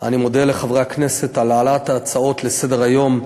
אני מודה לחברי הכנסת על העלאת ההצעות לסדר-היום,